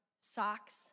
socks